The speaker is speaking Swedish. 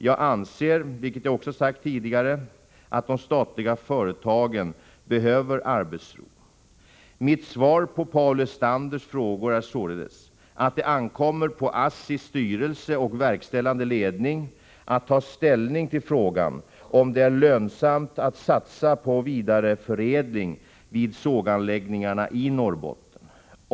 Jag anser, vilket jag också sagt tidigare, att de statliga företagen behöver arbetsro. Mitt svar på Paul Lestanders frågor är således, att det ankommer på ASSTI:s styrelse och verkställande ledning att ta ställning till frågan om det är lönsamt att satsa på vidareförädling vid såganläggningarna i Norrbotten.